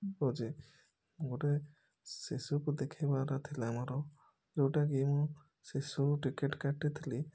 ହେଉଛି ଗୋଟାଏ ଶେଷକୁ ଦେଖେଇବାର ଥିଲା ମୋର ଯେଉଁଟାକି ମୁଁ ଶେଷକୁ ଟିକେଟ୍ କାଟିଥିଲି